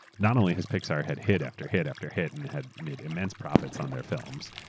not only has pixar had hit after hit after hit and had made immense profits on their films,